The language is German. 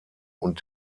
und